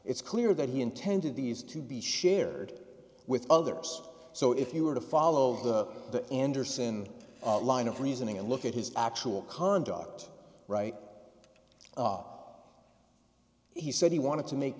it's clear that he intended these to be shared with others so if you were to follow the anderson line of reasoning and look at his actual conduct right he said he wanted to make